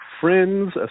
friends